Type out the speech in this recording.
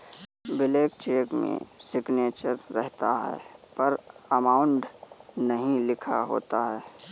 blank cheque में signature रहता है पर अमाउंट नहीं लिखा होता है